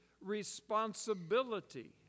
responsibility